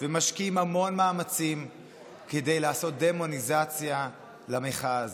ומשקיעים המון מאמצים כדי לעשות דמוניזציה למחאה הזאת,